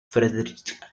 frederick